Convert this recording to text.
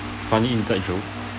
funny inside joke